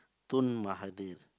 Tun Mahathir